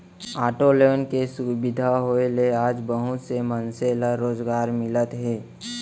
auto loan के सुबिधा होए ले आज बहुत से मनसे ल रोजगार मिलत हे